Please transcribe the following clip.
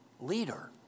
leader